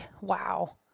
wow